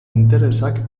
interesak